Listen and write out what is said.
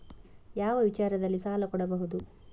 ಯಾವ ವಿಚಾರದಲ್ಲಿ ಸಾಲ ಕೊಡಬಹುದು?